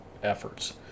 Efforts